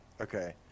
Okay